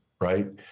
right